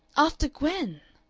after gwen!